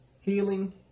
Healing